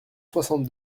soixante